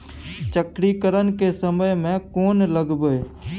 चक्रीकरन के समय में कोन लगबै?